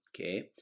okay